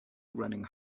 running